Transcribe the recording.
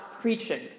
preaching